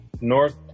North